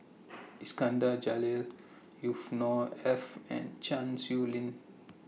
Iskandar Jalil Yusnor Ef and Chan Sow Lin